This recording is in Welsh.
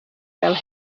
fel